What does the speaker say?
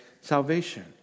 salvation